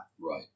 Right